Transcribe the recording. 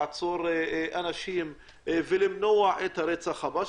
לעצור אנשים ולמנוע את הרצח הבא,